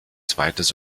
zweites